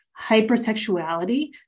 hypersexuality